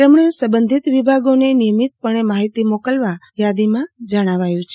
તેમણે સંબંધિત વિભાગોને નિયમિતપણે માહિતી મોકલવા યાદીમાં જણાવ્યું છે